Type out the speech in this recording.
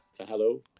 Hello